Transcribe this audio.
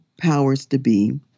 powers-to-be